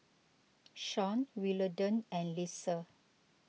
Sean Willodean and Lesa